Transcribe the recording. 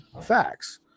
Facts